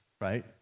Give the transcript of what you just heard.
right